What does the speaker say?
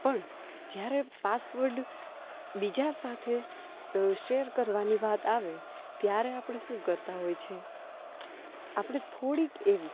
પણ જ્યારે પાસવર્ડ બીજા સાથે શેર કરવાની વાત આવે ત્યારે આપણે શું કરતાં હોય છે આપણે થોડીક એવી